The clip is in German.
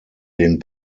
den